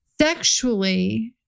Sexually